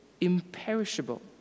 imperishable